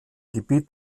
gebiet